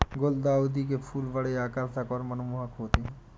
गुलदाउदी के फूल बड़े आकर्षक और मनमोहक होते हैं